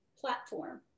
platform